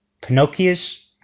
Pinocchio's